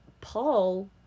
Paul